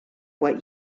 what